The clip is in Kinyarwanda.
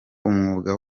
umwuga